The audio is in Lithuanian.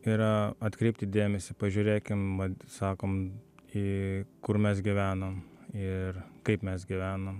yra atkreipti dėmesį pažiūrėkim sakom į kur mes gyvenom ir kaip mes gyvenom